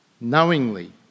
knowingly